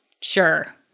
sure